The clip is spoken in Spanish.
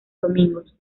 domingos